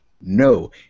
no